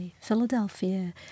Philadelphia